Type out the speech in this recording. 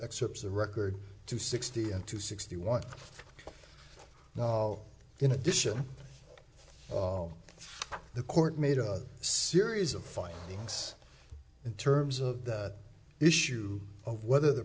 excerpts of record to sixty and to sixty one in addition oh the court made a series of five s in terms of the issue of whether the